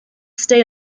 stay